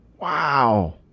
Wow